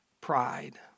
pride